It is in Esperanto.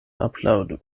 aplaŭdu